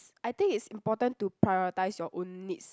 I think it's important to prioritize your own needs